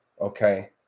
Okay